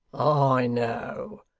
i know,